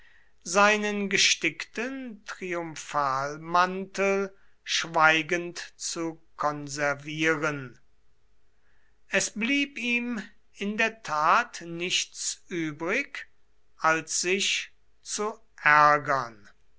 seinen gestickten triumphalmantel schweigend zu konservieren es blieb ihm in der tat nichts übrig als sich zu ärgern